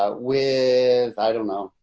ah with i don't know,